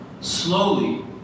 slowly